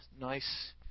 nice –